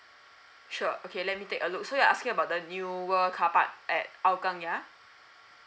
sure okay let me take a look so you're asking about the newer carpark at hougang ya